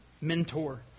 mentor